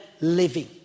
Living